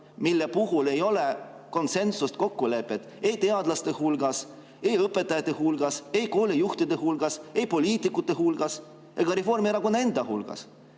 mille puhul ei ole konsensust ega kokkulepet ei teadlaste hulgas, ei õpetajate hulgas, ei koolijuhtide hulgas, ei poliitikute hulgas ega Reformierakonna [liikmete]